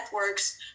networks